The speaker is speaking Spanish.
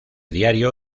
diario